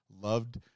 loved